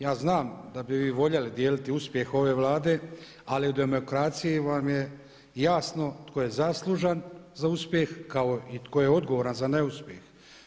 Ja znam da bi vi voljeli dijeliti uspjeh ove Vlade, ali u demokraciji vam je jasno tko je zaslužan za uspjeh kao i to je odgovoran za neuspjeh.